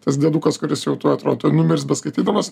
tas diedukas kuris jau tuoj atrodo tuoj numirs beskaitydamas